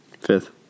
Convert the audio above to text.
Fifth